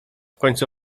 końcu